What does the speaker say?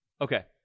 Okay